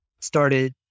started